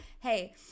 hey